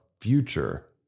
future